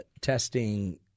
testing